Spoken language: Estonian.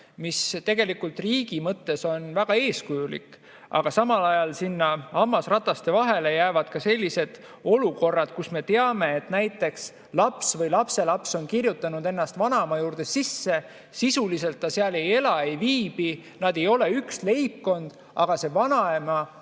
mis tegelikult riigi mõttes on väga eeskujulik. Samal ajal, sinna hammasrataste vahele jäävad ka sellised olukorrad, kus me teame, et näiteks laps või lapselaps on kirjutanud ennast vanaema juurde sisse, sisuliselt ta seal ei ela, nad ei ole üks leibkond, aga vanaema